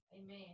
Amen